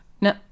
No